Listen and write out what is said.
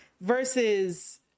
versus